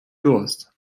durst